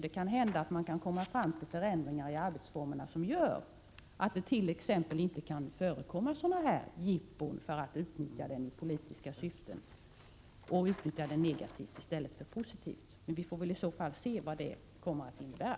Det kan hända att förändringar i arbetsformerna kan åstadkommas, som gör att sådana här ”jippon” för att utnyttja nämnden för negativa politiska syften i stället för positiva inte kan förekomma. Vi får i så fall se vad det kommer att innebära.